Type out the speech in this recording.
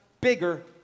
bigger